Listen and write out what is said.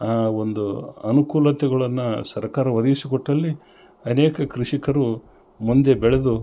ಆ ಒಂದು ಅನುಕೂಲತೆಗಳನ್ನ ಸರ್ಕಾರ ಒದಗಿಸಿ ಕೊಟ್ಟಲ್ಲಿ ಅನೇಕ ಕೃಷಿಕರು ಮುಂದೆ ಬೆಳೆದು